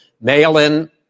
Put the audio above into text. mail-in